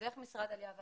דרך משרד העלייה והקליטה,